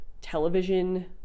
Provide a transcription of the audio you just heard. television